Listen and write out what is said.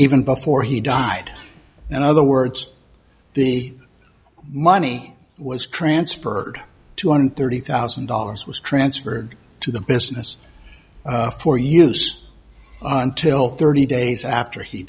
even before he died in other words the money was transferred two hundred thirty thousand dollars was transferred to the business for use until thirty days after he